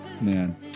man